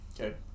Okay